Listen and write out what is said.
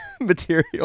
material